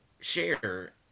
share